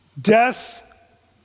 Death